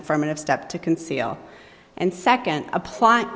affirmative step to conceal and second apply